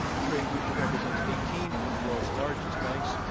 a trade group that represents eighteen of the world's largest banks.